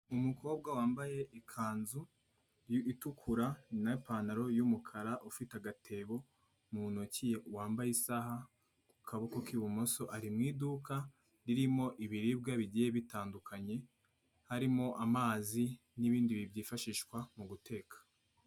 Umukobwa wambaye ikanzu itukura, n'ipantaro y'umukara, ufite agatebo mu ntoki, wambaye isaha ku kaboko k'ibumoso, ari mu iduka ririmo ibiribwa bigiye bitandukanye, harimo amazi n'ibindi byifashishwa mu guteka.